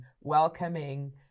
welcoming